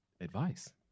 advice